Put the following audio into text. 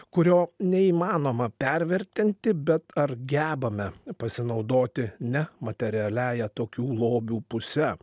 kurio neįmanoma pervertinti bet ar gebame pasinaudoti ne materialiąją tokių lobių puse